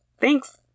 Thanks